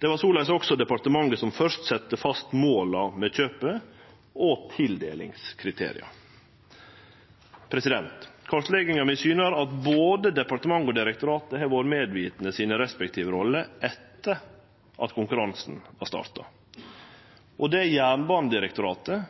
Det var soleis også departementet som først fastsette måla med kjøpet og tildelingskriteria. Kartlegginga mi syner at både departementet og Jernbanedirektoratet har vore medvitne på sine respektive roller etter at konkurransen vart starta. Det er Jernbanedirektoratet